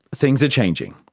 things are changing.